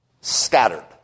scattered